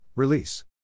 Release